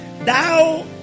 thou